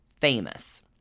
famous